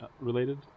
related